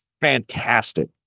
Fantastic